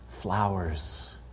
flowers